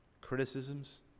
criticisms